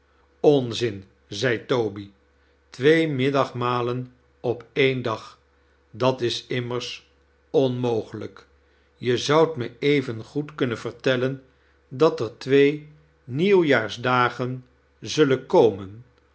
onzin zei toby twee middagmalen op een dag dat is immers onmogelijk je zoudt me even goed kumnen vertellen dat er twee nieuwjaarsdagen zullen komen